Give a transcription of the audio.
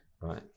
Right